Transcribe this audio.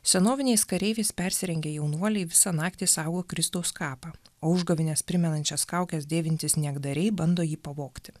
senoviniais kareiviais persirengę jaunuoliai visą naktį saugo kristaus kapą o užgavėnes primenančias kaukes dėvintys niekdariai bando jį pavogti